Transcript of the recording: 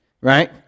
right